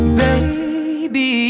baby